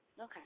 Okay